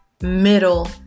middle